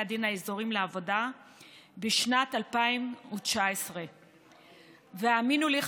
הדין האזוריים לעבודה בשנת 2019. והאמינו לי,